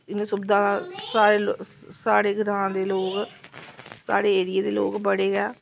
इनें सुविधा दा साढ़े ग्रांऽ दे लोक साढ़े ऐरिये दे लोक बड़े गै